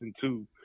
two